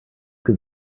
can